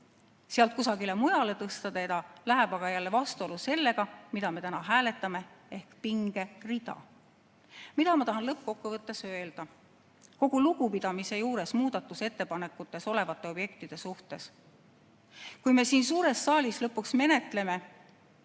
teda kusagile mujale tõsta läheb aga vastuollu sellega, mida me täna hääletame – see on pingerida. Mida ma tahan lõppkokkuvõttes öelda? Kogu lugupidamise juures muudatusettepanekutes olevate objektide vastu, kui me siin suures saalis lõpuks menetleme